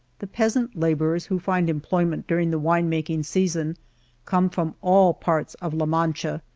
the peasant laborers who find employment during the wine making season come from all parts of la mancha,